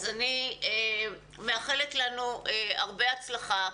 אני מאחלת לנו הרבה הצלחה.